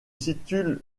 situe